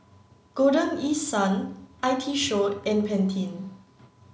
golden East Sun I T Show and Pantene